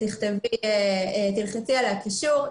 ושאלחץ על הקישור.